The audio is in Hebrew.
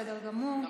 בבקשה.